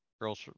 girls